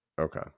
Okay